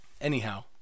Anyhow